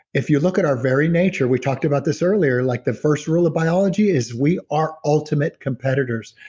if you look at our very nature, we talked about this earlier, like the first rule of biology is we are ultimate competitors.